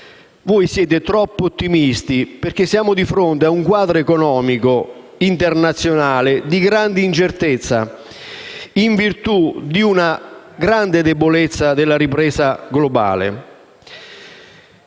Voi siete troppo ottimisti, perché siamo di fronte a un quadro economico internazionale di grande incertezza in virtù di una grande debolezza della ripresa globale.